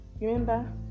Remember